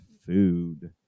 food